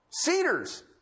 cedars